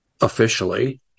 Officially